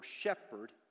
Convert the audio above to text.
shepherd